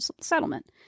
settlement